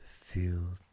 feel